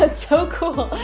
but so cool.